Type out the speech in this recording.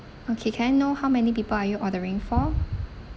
okay can I know how many people are you ordering for